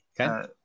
Okay